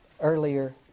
earlier